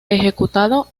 ejecutado